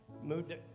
Moved